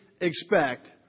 expect